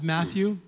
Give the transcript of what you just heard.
Matthew